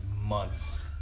months